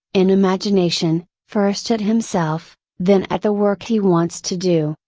in imagination, first at himself, then at the work he wants to do,